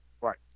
Right